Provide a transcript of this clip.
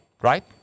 right